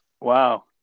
Wow